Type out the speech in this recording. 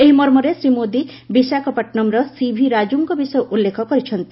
ଏହି ମର୍ମରେ ଶ୍ରୀ ମୋଦି ବିଶାଖାପାଟନମର ସିଭିରାଜୁଙ୍କ ବିଷୟ ଉଲ୍ଲେଖ କରିଛନ୍ତି